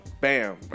bam